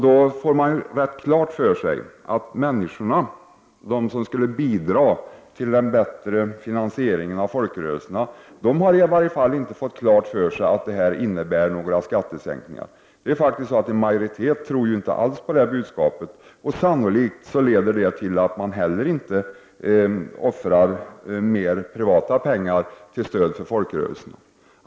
Då har det framkommit att människorna, som skulle bidra till en bättre finansiering av folkrörelserna, i varje fall inte har fått klart för sig att skatteomläggningen skulle innebära några skattesänkningar. En majoritet tror faktiskt inte alls på detta budskap. Och sannolikt leder det till att människorna inte heller kommer att offra mer privata pengar på stöd till folkrörelserna.